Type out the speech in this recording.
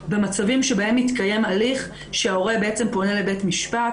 במצבים שבהם מתקיים הליך שההורה פונה לבית משפט.